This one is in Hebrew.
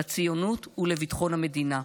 לציונות ולביטחון המדינה.